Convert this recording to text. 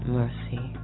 mercy